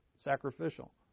Sacrificial